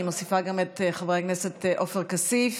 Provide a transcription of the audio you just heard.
אני מוסיפה גם את חברי הכנסת עופר כסיף,